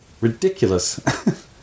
ridiculous